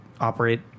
operate